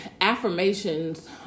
affirmations